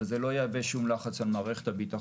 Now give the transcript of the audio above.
אבל זה לא יהווה שום לחץ על מערכת הביטחון.